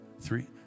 three